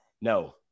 No